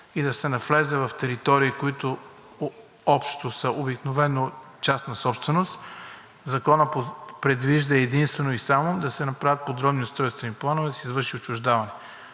и да се навлезе в територии, които общо са обикновено частна собственост, Законът предвижда единствено и само да се направят подробни устройствени планове и да се извърши отчуждаване.